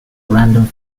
random